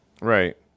Right